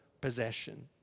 possession